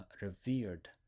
revered